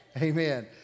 Amen